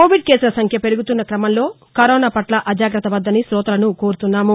Covid కేసులసంఖ్య పెరుగుతున్న కమంలో కరోనాపట్ల అజాగ్రత్త వద్దని కోతలను కోరుచున్నాము